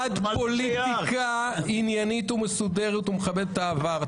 אנחנו בעד פוליטיקה עניינית ומסודרת ומכבדת את העבר.